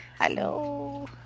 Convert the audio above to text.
Hello